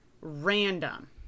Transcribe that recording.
random